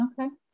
Okay